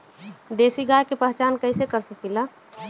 देशी गाय के पहचान कइसे कर सकीला?